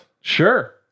Sure